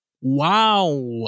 Wow